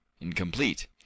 Incomplete